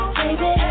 baby